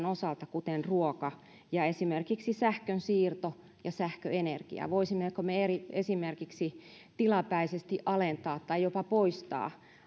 osalta kuten ruoka ja esimerkiksi sähkönsiirto ja sähköenergia voisimmeko me esimerkiksi tilapäisesti alentaa arvonlisäveroa tai jopa poistaa